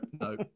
no